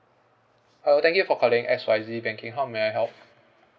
uh thank you for calling X Y Z banking how may I help